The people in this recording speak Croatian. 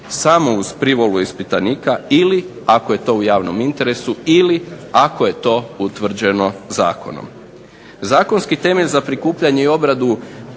samo uz privolu ispitanika ili ako je to u javnom interesu ili ako je to utvrđeno zakonom. Zakonski temelj za prikupljanje i obradu